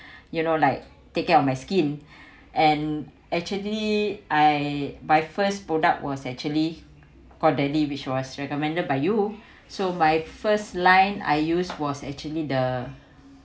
you know like take care of my skin and actually I buy first product was actually quarterly which was recommended by you so by first line I used was actually the